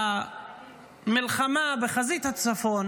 שבמלחמה בחזית הצפון